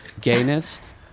Gayness